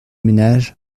ménages